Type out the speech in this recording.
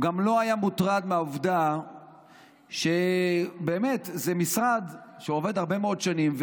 הוא גם לא היה מוטרד מהעובדה שבאמת זה משרד שעובד הרבה מאוד שנים,